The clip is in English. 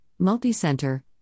multicenter